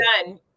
Done